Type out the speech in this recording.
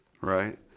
Right